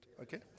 okay